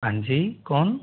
हाँ जी कौन